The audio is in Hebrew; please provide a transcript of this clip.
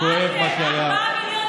כואב, מה שהיה.